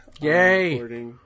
yay